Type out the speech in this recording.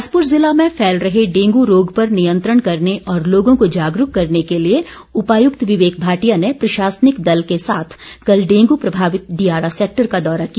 बिलासपुर जिला में फैल रहे डेंगू रोग पर नियंत्रण करने और लोगों को जागरूक करने के लिए उपायुक्त विवेक भाटिया ने प्रशासनिक दल के साथ कल डेंगू प्रभावित डियारा सैक्टर का दौरा किया